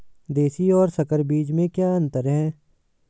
देशी और संकर बीज में क्या अंतर है?